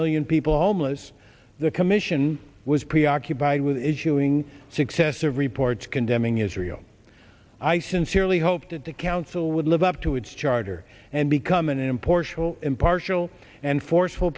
million people homeless the commission was preoccupied with issuing successive reports condemning israel i sincerely hope that the council would live up to its charter and become an important impartial and forceful